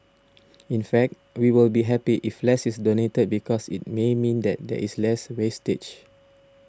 in fact we will be happy if less is donated because it may mean that there is less wastage